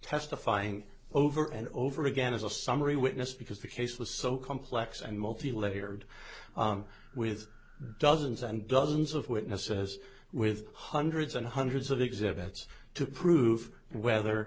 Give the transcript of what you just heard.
testifying over and over again as a summary witness because the case was so complex and multi layered with dozens and dozens of witnesses with hundreds and hundreds of exhibits to prove whether